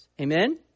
Amen